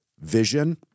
vision